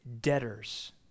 debtors